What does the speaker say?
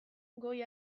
goi